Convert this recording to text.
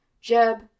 Jeb